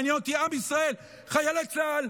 מעניין אותי עם ישראל, חיילי צה"ל.